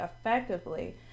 effectively